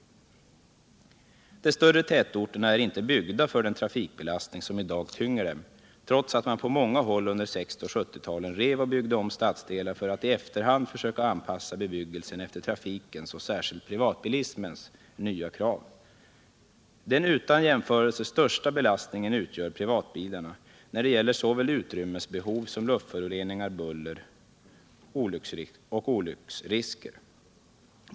De större tätorterna är inte byggda för den trafikbelastning som i dag tynger dem, trots att man under 1960 och 1970-talen på många håll rev och byggde om stadsdelar för att i efterhand försöka anpassa bebyggelsen efter trafikens, särskilt privatbilismens, nya krav. Privatbilarna utgör den utan jämförelse största belastningen när det gäller såväl utrymmesbehov som luftföroreningar, buller och olycksrisker.